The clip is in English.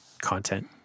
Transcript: content